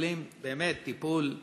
ומקבלים טיפול מסור,